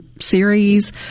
series